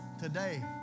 Today